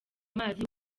mazi